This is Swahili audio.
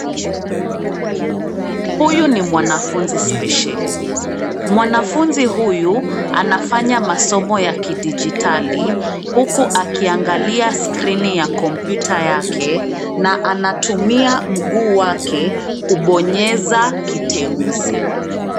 Huyu ni mwanafunzi spesheli, mwanafunzi huyu anafanya masomo ya kidijitali huku akiangalia skrini ya kompyuta yake na anatumia mguu wake kubonyeza kiteuzi.